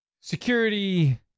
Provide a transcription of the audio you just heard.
security